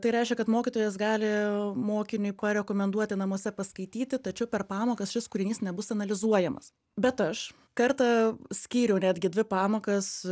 tai reiškia kad mokytojas gali mokiniui kuo rekomenduoti namuose paskaityti tačiau per pamokas šis kūrinys nebus analizuojamas bet aš kartą skyriau netgi dvi pamokas